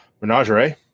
Menagerie